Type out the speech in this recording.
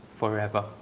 forever